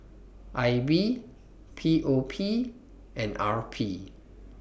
I B P O P and R P